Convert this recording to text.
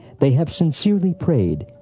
they have sincerely prayed,